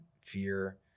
Fear